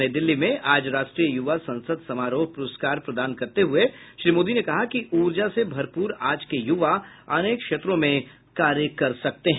नई दिल्ली में आज राष्ट्रीय युवा संसद समारोह पुरस्कार प्रदान करते हुए श्री मोदी ने कहा कि ऊर्जा से भरपूर आज के युवा अनेक क्षेत्रों में कार्य कर सकते हैं